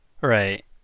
Right